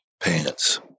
pants